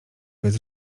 bez